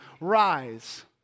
Rise